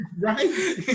right